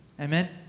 Amen